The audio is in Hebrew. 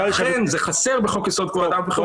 שאכן זה חסר בחוק יסוד: כבוד האדם וחירותו,